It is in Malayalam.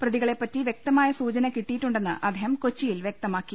പ്രതികളെപ്പറ്റി വൃക്തമായ സൂചന കിട്ടിയിട്ടുണ്ടെന്ന് അദ്ദേഹം കൊച്ചിയിൽ വ്യക്തമാക്കി